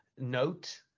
note